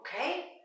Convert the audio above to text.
okay